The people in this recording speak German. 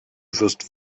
wirst